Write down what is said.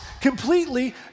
completely